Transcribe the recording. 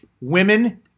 women